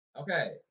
Okay